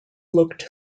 looked